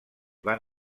van